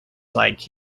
like